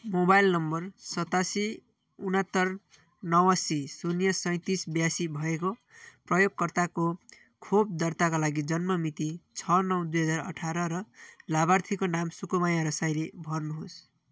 mobile number सतासी उनात्तर नवासी शून्य सैँतिस बयासी भएको प्रयोगकर्ताको खोप दर्ताका लागि जन्म मिति छ नौ दुई हजार अठार र लाभार्थीको नाम सुकुमाया रसाइली भर्नुहोस्